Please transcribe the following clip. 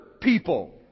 people